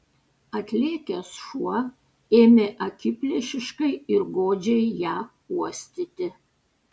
atlėkęs šuo ėmė akiplėšiškai ir godžiai ją uostyti